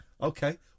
Okay